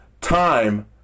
time